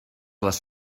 les